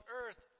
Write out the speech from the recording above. earth